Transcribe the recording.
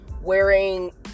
wearing